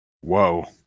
Whoa